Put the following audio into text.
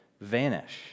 vanish